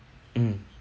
um